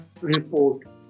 report